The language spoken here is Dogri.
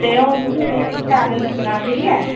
ते हून तु'सें इस्सी शैल नप्पना ठीक ऐ